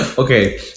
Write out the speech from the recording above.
Okay